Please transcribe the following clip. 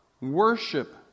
Worship